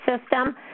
system